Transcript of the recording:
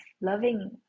loving